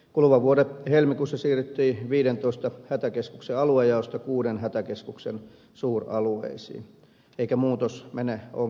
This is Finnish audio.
kuluvan vuoden helmikuussa siirryttiin viidentoista hätäkeskuksen aluejaosta kuuden hätäkeskuksen suuralueisiin eikä muutos mene ongelmitta